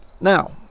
Now